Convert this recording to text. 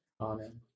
Amen